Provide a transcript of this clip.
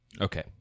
Okay